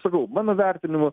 sakau mano vertinimu